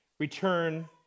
return